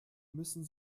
müssen